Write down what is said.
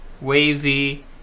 Wavy